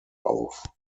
auf